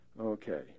Okay